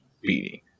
beating